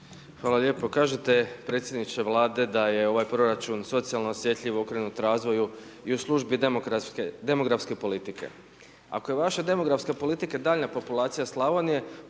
Hvala lijepo. Kažete predsjedniče Vlade, da je ovaj proračun socijalno osjetljiv, okrenut razvoju i u službi demografske politike. Ako je vaša demografska politika, daljnja populacija Slavonije,